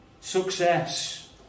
success